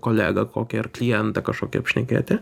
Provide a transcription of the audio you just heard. kolegą kokį ar klientą kažkokį apšnekėti